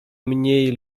mniej